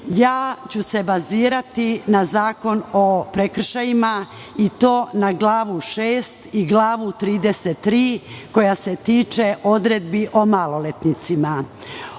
čestitam. Baziraću se na Zakon o prekršajima, i to na glavu 6. i glavu 33, koja se tiče odredbi o maloletnicima.